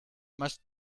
must